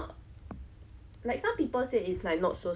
but there is fear of like danger lah and then